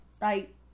right